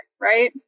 right